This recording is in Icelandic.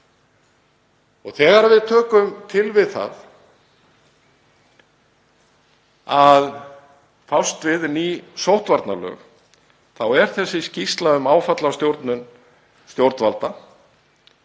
Þegar við tökum til við það að fást við ný sóttvarnalög er þessi skýrsla um áfallastjórnun stjórnvalda